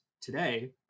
today